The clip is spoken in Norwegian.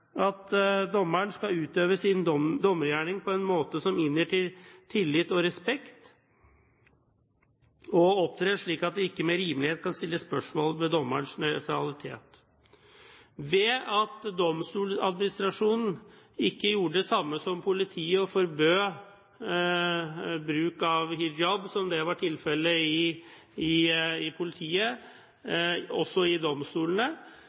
at dommeren skal utøve sin dommergjerning på en måte som inngir tillit og respekt, og opptre slik at det ikke med rimelighet kan stilles spørsmål ved dommerens nøytralitet. Ved at Domstoladministrasjonen ikke gjorde det samme som politiet og forbød bruk av hijab – som var tilfellet i politiet – også i domstolene,